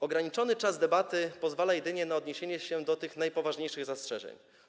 Ograniczony czas debaty pozwala mi jedynie na odniesienie się do tych najpoważniejszych zastrzeżeń.